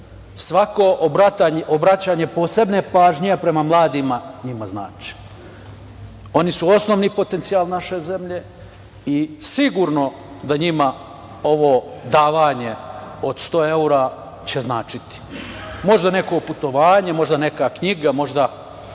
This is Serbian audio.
svako obraćanje posebne pažnje prema mladima njima znači. Oni su osnovni potencijal naše zemlje i sigurno da njima ovo davanje od 100 evra će značiti. Možda neko putovanje, možda neka knjiga, možda